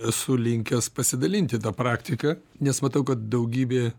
esu linkęs pasidalinti ta praktika nes matau kad daugybė